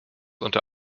unter